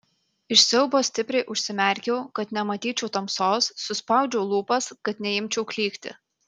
iš siaubo stipriai užsimerkiau kad nematyčiau tamsos suspaudžiau lūpas kad neimčiau klykti